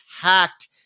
hacked